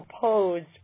proposed